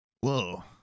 Whoa